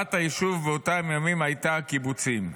גאוות היישוב באותם ימים הייתה הקיבוצים.